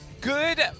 good